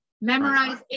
Memorize